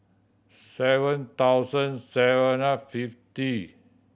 seven thousand seven fifty